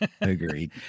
Agreed